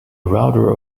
router